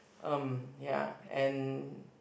um ya and